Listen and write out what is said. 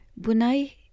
Bunai